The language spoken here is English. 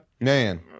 Man